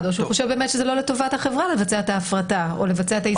באמת שזה לא לטובת החברה לבצע את ההפרטה או לבצע את העסקה.